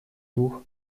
двух